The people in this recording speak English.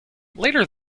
later